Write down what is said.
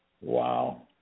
Wow